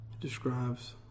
describes